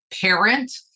parent